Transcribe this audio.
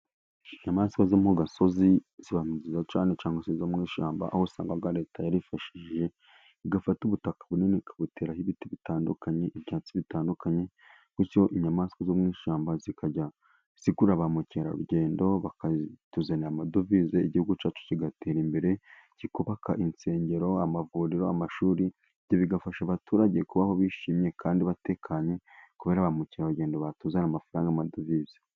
Inyamaswa zo mu gasozi ziba nziza cyane cyangwa se izo mu ishyamba, aho usanga Leta yarifashe igafata ubutaka bunini ikabuteraho ibiti bitandukanye, ibyatsi bitandukanye, bityo inyamaswa zo mu ishyamba zikajya zikurara ba mukerarugendo. Bakatuzanira amadovize, Igihugu cyacu kigatera imbere, kikubaka insengero, amavuriro, amashuri, ibyo bigafasha abaturage kubaho bishimye, kandi batekanye. Kubera ba mukerarugendo batuzanira amafaranga amadovize.